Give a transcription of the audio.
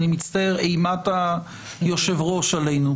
אימת היושב-ראש עלינו.